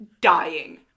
dying